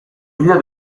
figlia